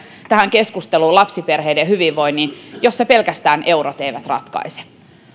tähän keskusteluun lapsiperheiden hyvinvoinnin jossa pelkästään eurot eivät ratkaise